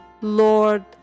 Lord